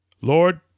Lord